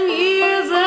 years